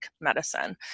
Medicine